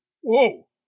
Whoa